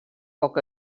poc